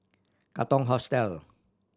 Katong Hostel